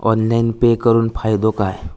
Online pay करुन फायदो काय?